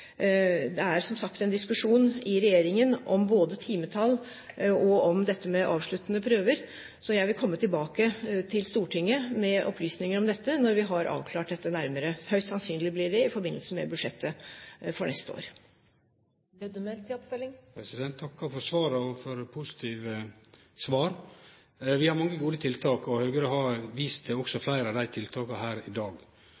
Det er som sagt en diskusjon i regjeringen om både timetall og avsluttende prøver. Jeg vil derfor komme tilbake til Stortinget med opplysninger om dette når vi har avklart det nærmere. Det blir høyst sannsynlig i forbindelse med budsjettet for neste år. Eg takkar for positive svar. Vi har mange gode tiltak, og Høgre har vist til